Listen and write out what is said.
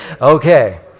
Okay